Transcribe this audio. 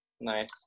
Nice